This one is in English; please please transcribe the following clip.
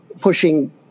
pushing